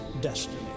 destiny